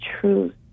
truth